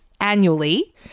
annually